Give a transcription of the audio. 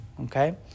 Okay